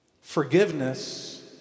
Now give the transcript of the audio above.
Forgiveness